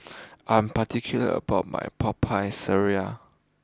I am particular about my Popiah Sayur